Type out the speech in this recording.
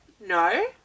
No